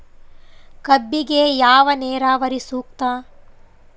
ಕಬ್ಬಿಗೆ ಯಾವ ನೇರಾವರಿ ಸೂಕ್ತ?